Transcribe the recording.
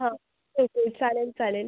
हां ओके चालेल चालेल